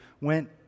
went